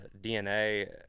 DNA